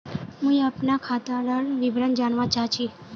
मुई अपना खातादार विवरण जानवा चाहची?